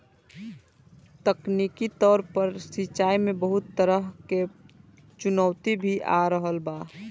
तकनीकी तौर पर सिंचाई में बहुत तरह के चुनौती भी आ रहल बा